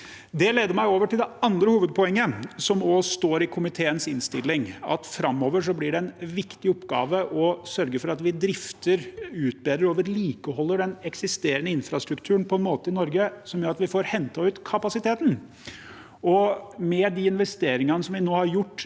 Det leder meg over til det andre hovedpoenget, som også står i komiteens innstilling: Framover blir det en viktig oppgave å sørge for at vi drifter, utbedrer og vedlikeholder den eksisterende infrastrukturen i Norge på en måte som gjør at vi får hentet ut kapasiteten. Med de investeringene vi har gjort